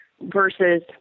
versus